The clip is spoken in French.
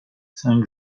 cinq